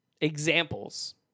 examples